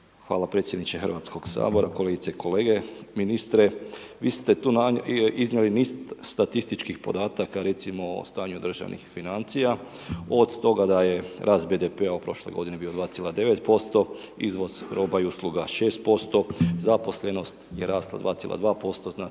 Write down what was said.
Hvala predsjedniče HS-a, kolegice i kolege. Ministre, vi ste tu iznijeli niz statističkih podataka, recimo, o stanju državnih financija, od toga da je rast BDP-a u prošloj godini bio 2,9%, izvoz roba i usluga 6%, zaposlenost je rasla 2,2%,